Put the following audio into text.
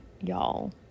y'all